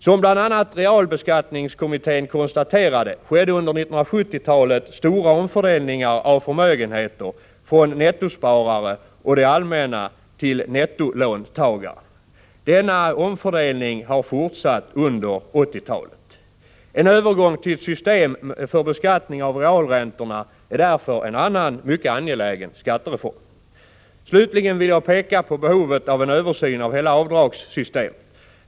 Som bl.a. realbeskattningskommittén konstaterade skedde under 1970 talet stora omfördelningar av förmögenheter från nettosparare och det allmänna till nettolåntagare. Denna omfördelning har fortsatt under 1980 talet. En övergång till ett system för beskattning av realräntorna är därför en annan mycket angelägen skattereform. Slutligen vill jag framhålla behovet av en översyn av hela avdragssystemet.